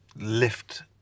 lift